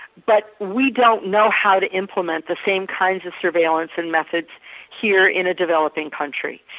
but we don't know how to implement the same kinds of surveillance and methods here in a developing country.